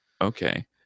okay